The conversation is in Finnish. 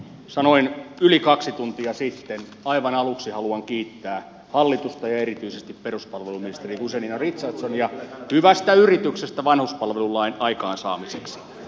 sanoin yli kaksi tuntia sitten että aivan aluksi haluan kiittää hallitusta ja erityisesti peruspalveluministeri guzenina ric harsonia hyvästä yrityksestä vanhuspalvelulain aikaansaamiseksi